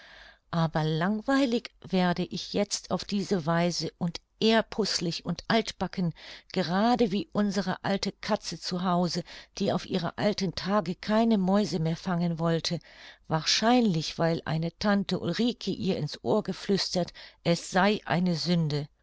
aber langweilig werde ich jetzt auf diese weise und ehrpußlich und altbacken gerade wie unsere alte katze zu hause die auf ihre alten tage keine mäuse mehr fangen wollte wahrscheinlich weil eine tante ulrike ihr ins ohr geflüstert es sei eine sünde